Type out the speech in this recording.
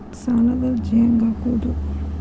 ಸಾಲದ ಅರ್ಜಿ ಹೆಂಗ್ ಹಾಕುವುದು?